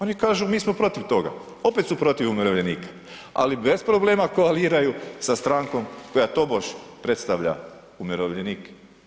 Oni kažu mi smo protiv toga, opet su protiv umirovljenika, ali bez problema koaliraju sa strankom koja tobož predstavlja umirovljenike.